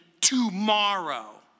tomorrow